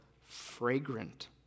fragrant